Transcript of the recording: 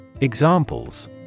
Examples